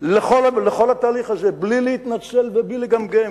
לכל התהליך הזה, בלי להתנצל ובלי לגמגם.